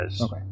Okay